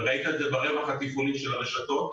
וראית את זה ברווח התפעולי של הרשתות,